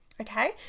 Okay